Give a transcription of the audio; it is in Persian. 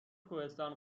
کوهستان